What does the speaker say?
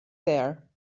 there